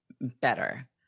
better